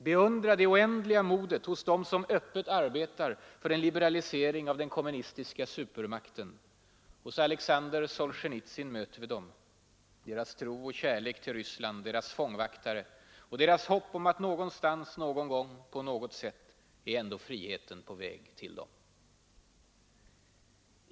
Beundra det oändliga modet hos dem som öppet arbetar för en liberalisering av den kommunistiska supermakten. Hos Alexander Solzjenitsyn möter vi dem, deras tro och kärlek till Ryssland, deras fångvaktare — och deras hopp om att någonstans, någon gång, på något sätt, är ändå friheten på väg till dem.